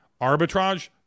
Arbitrage